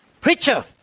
Preacher